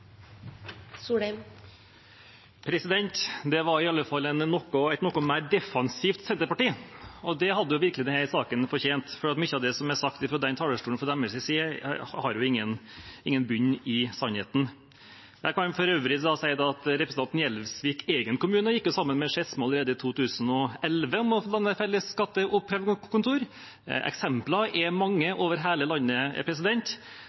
Det var i alle fall et noe mer defensivt Senterparti – og det hadde virkelig denne saken fortjent, for mye av det som er sagt fra denne talerstolen fra deres side, har jo ingen rot i sannheten. Jeg kan for øvrig si at representanten Gjelsviks egen kommune allerede i 2011 gikk sammen med Skedsmo om å danne et felles skatteoppkrevingskontor. Eksemplene er